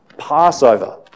Passover